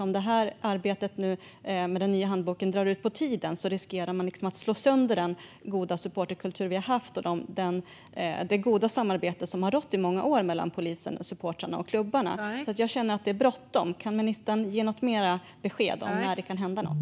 Om arbetet med den nya handboken drar ut på tiden riskerar man att slå sönder den goda supporterkultur vi har haft och det goda samarbete som har rått i många år mellan polisen, supportrarna och klubbarna. Jag känner att det är bråttom. Kan ministern ge något mer besked om när det kan hända något?